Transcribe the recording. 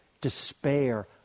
despair